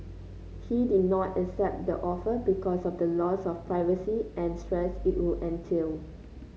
he did not accept the offer because of the loss of privacy and stress it would entail